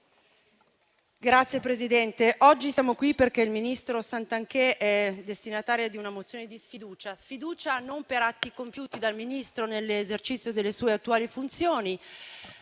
Signor Presidente, oggi siamo qui perché il ministro Santanchè è destinatario di una mozione di sfiducia non per atti compiuti dal Ministro nell'esercizio delle sue attuali funzioni,